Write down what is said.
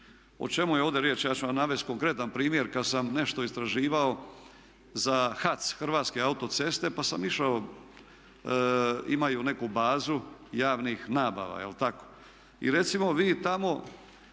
O čemu je ovdje riječ? Ja ću vam navesti konkretna primjer, kad sam nešto istraživao za HAC, Hrvatske autoceste pa sam išao, imaju neku bazu javnih nabava i recimo vi tamo